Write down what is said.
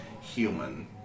human